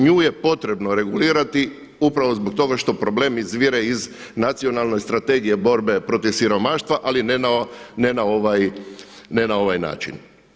Nju je potrebno regulirati upravo zbog toga što problem izvire iz Nacionalne strategije borbe protiv siromaštva ali ne na ovaj način.